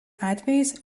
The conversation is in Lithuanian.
atvejais